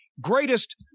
greatest